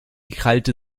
krallte